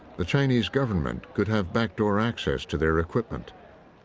the chinese government could have back-door access to their equipment.